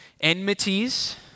enmities